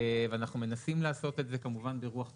ואנחנו מנסים לעשות את זה ברוח טובה,